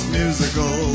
musical